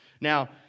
Now